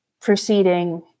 proceeding